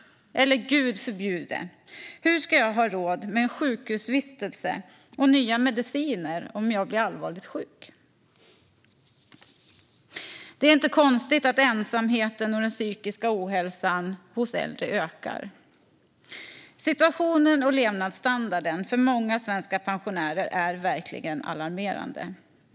Eller, Gud förbjude: Hur ska jag ha råd med en sjukhusvistelse och nya mediciner om jag blir allvarligt sjuk? Det är inte konstigt att ensamheten och den psykiska ohälsan hos äldre ökar. Situationen och levnadsstandarden för många svenska pensionärer är alarmerande.